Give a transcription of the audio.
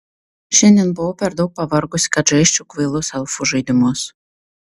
šiandien buvau per daug pavargusi kad žaisčiau kvailus elfų žaidimus